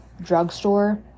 drugstore